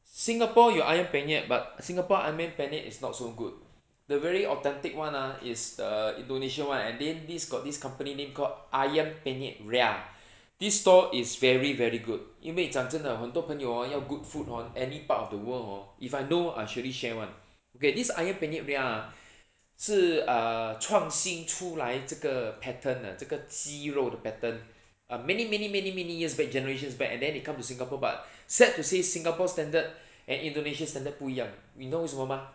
singapore 有 ayam penyet but singapore ayam penyat is not so good the very authentic [one] ah is the indonesia [one] and then this got this company name called ayam penyet ria this store is very very good 因为讲真的很多朋友要 good food hor any part of the world hor if I know I surely share [one] okay this ayam penyet ria ha 是 err 创新出来这个 pattern 的这个鸡肉的 pattern err many many many many years back generations back and then they come to singapore but sad to say singapore standard and indonesia standard 不一样 you know 为什么吗